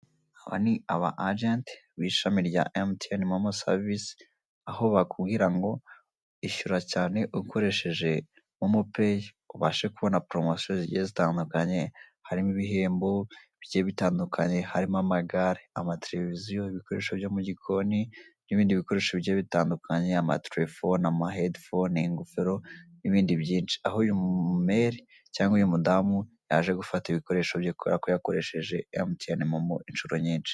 Aba ni ab'agenti b'ishami rya Emutiyeni momo savisi, aho bakubwira ngo ishyura cyane ukoresheje momo peyi; ubashe kubona poromosiyo zigiye zitandukanye. Harimo ibihembo bigiye bitandukanye: harimo amagare, amatereviziyo, ibikoresho byo mu gikoni n'ibindi bikoresho bigiye bitandukanye. Amaterefone, amahedi fone, ingofero n'ibindi byinshi. Aho uyu mu mere cyangwa uyu mu damu, yaje gufata ibikoresho bye kubera yakoresheje Emutiyeni momo inshuro nyinshi.